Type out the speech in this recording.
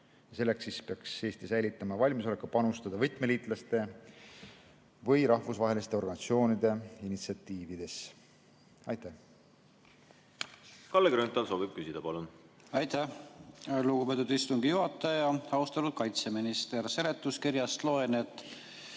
Selleks peaks Eesti säilitama valmisoleku panustada võtmeliitlaste või rahvusvaheliste organisatsioonide initsiatiividesse. Aitäh! Kalle Grünthal soovib küsida. Palun! Aitäh, lugupeetud istungi juhataja! Austatud kaitseminister! Seletuskirjast loen, et